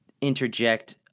interject